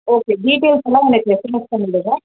okay டீடெயில்ஸ்ஸெல்லாம் எனக்கு SMS பண்ணிவிடுங்க